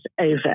over